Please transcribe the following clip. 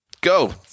Go